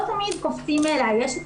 לא תמיד קופצים עליהם.